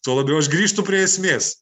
tuo labiau aš grįžtu prie esmės